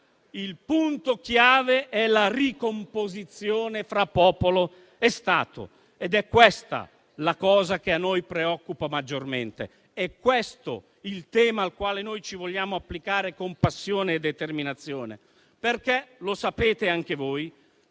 il punto chiave è la ricomposizione fra popolo e Stato ed è questa la cosa che a noi preoccupa maggiormente; è questo il tema al quale ci vogliamo applicare con passione e determinazione, perché - lo sapete anche voi